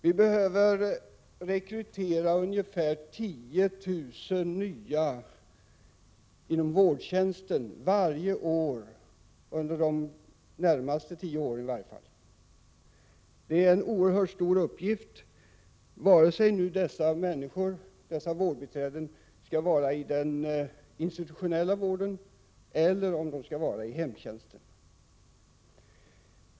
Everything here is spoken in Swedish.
Vi behöver rekrytera ungefär 10 000 nya personer till arbeten inom vården varje år, åtminstone under de närmaste tio åren. Detta är en oerhört stor uppgift vare sig dessa vårdbiträden skall vara verksamma inom den institutionella vården eller inom hemtjänsten.